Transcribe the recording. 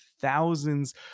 thousands